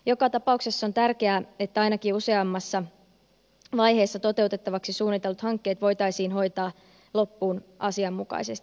joka tapauksessa on tärkeää että ainakin useammassa vaiheessa toteutettavaksi suunnitellut hankkeet voitaisiin hoitaa loppuun asianmukaisesti